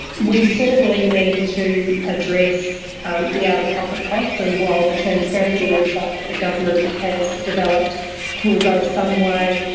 we certainly need to address the out-of-pocket costs, and while the transparency website that the government has developed will go some way,